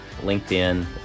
LinkedIn